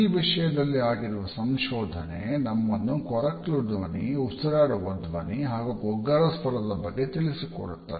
ಈ ವಿಷಯದಲ್ಲಿ ಆಗಿರುವ ಸಂಶೋಧನೆ ನಮ್ಮನ್ನು ಕೊರಕ್ಲು ಧ್ವನಿ ಉಸಿರಾಡುವ ಧ್ವನಿ ಹಾಗು ಗೊಗ್ಗರ ಸ್ವರದ ಬಗ್ಗೆ ತಿಳಿಸಿಕೊಡುತ್ತದೆ